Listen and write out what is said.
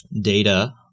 data